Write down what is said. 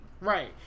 right